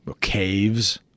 caves